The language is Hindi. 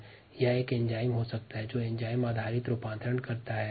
कुछ परिस्थितियों जैसे एंजाइम बेस्ड ट्रांसफॉर्मेशन में एंजाइम का उपयोग होता है